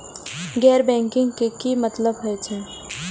गैर बैंकिंग के की मतलब हे छे?